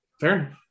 Fair